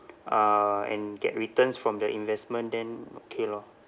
uh and get returns from the investment then okay lor